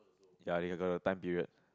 ya you got the time period